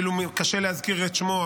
קשה לי להזכיר את שמו,